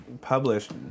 published